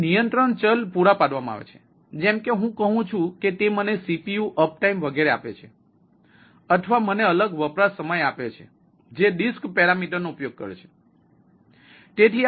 તેથી નિયંત્રણ ચલ પૂરા પાડવામાં આવે છે જેમ કે હું કહું છું કે તે મને CPU અપ ટાઇમ વગેરે આપે છે અથવા મને અલગ વપરાશ સમય આપે છે જે ડિસ્ક પેરામીટર નો ઉપયોગ કરે છે